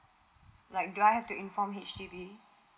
like do I have to inform H_D_B